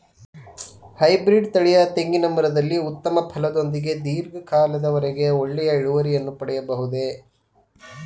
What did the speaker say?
Hybrid ತಳಿಯ ತೆಂಗಿನ ಮರದಲ್ಲಿ ಉತ್ತಮ ಫಲದೊಂದಿಗೆ ಧೀರ್ಘ ಕಾಲದ ವರೆಗೆ ಒಳ್ಳೆಯ ಇಳುವರಿಯನ್ನು ಪಡೆಯಬಹುದೇ?